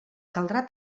caldrà